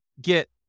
get